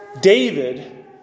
David